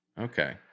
Okay